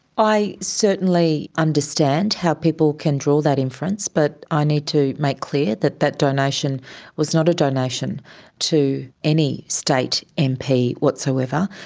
i certainly understand how people can draw that inference but i need to make clear that that donation was not a donation to any state mp whatsoever.